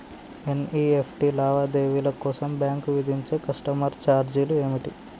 NEFT లావాదేవీల కోసం bank విధించే కస్టమర్ ఛార్జీలు ఏమిటి?